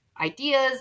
ideas